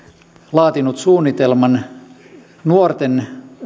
laatinut suunnitelman nuorten